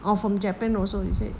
or from japan also is it